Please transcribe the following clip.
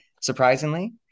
surprisingly